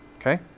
Okay